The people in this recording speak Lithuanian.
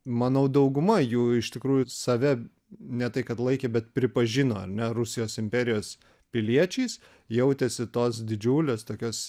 manau dauguma jų iš tikrųjų save ne tai kad laikė bet pripažino ar ne rusijos imperijos piliečiais jautėsi tos didžiulės tokios